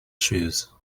choose